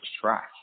track